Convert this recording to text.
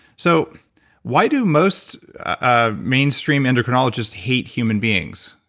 so why do most ah main-stream endocrinologists hate human beings,